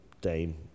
dame